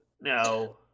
No